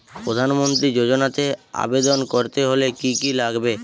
প্রধান মন্ত্রী যোজনাতে আবেদন করতে হলে কি কী লাগবে?